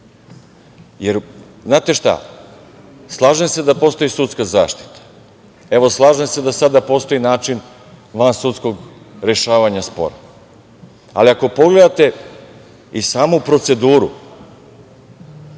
Znate šta? Slažem se da postoji sudska zaštita, slažem se da sada postoji način vansudskog rešavanja spora, ali ako pogledate i samu proceduru,